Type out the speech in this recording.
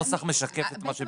הנוסח משקף את מה שביקשו.